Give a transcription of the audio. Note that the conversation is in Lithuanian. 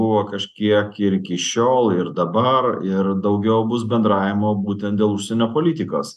buvo kažkiek ir iki šiol ir dabar ir daugiau bus bendravimo būtent dėl užsienio politikos